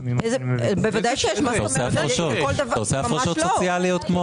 אתה עושה הפרשות סוציאליות.